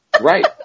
Right